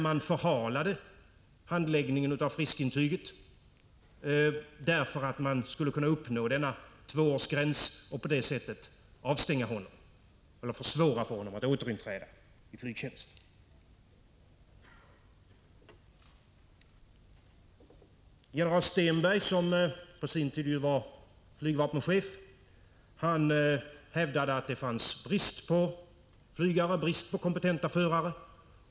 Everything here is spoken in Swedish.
Man förhalade handläggningen av friskintyget, därför att man skulle uppnå tvåårsgränsen och på det sättet försvåra för honom att återinträda i flygtjänst. General Stenberg, som på sin tid var flygvapenchef, hävdade att det rådde brist på kompetenta förare.